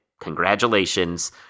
congratulations